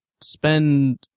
spend